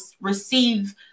receive